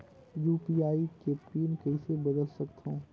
UPI के pin कइसे बदल सकथव?